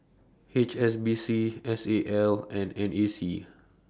H S B C S A L and N A C